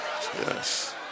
yes